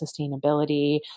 sustainability